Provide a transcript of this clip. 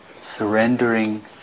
Surrendering